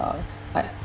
uh uh